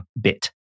bit